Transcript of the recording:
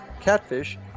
catfish